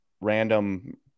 Random